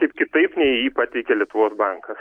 kaip kitaip nei jį pateikia lietuvos bankas